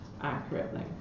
accurately